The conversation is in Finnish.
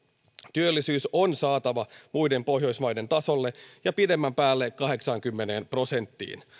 työllisyys on saatava muiden pohjoismaiden tasolle ja pidemmän päälle kahdeksaankymmeneen prosenttiin